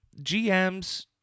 GMs